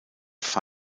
five